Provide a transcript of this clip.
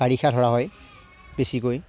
বাৰিষা ধৰা হয় বেছিকৈ